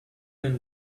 and